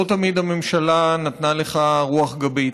לא תמיד הממשלה נתנה לך רוח גבית,